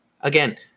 Again